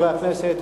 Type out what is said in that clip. חברי הכנסת,